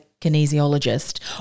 kinesiologist